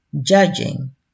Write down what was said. judging